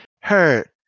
hurt